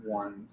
one